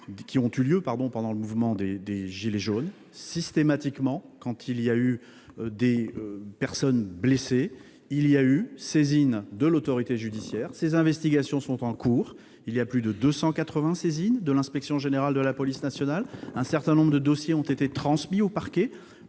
qui se sont déroulés pendant le mouvement des « gilets jaunes ». Systématiquement, quand des personnes ont été blessées, il y a eu saisine de l'autorité judiciaire. Ces investigations sont en cours. On relève plus de 280 saisines de l'Inspection générale de la police nationale. Plus d'une centaine de dossiers ont été transmis au parquet